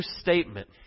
statement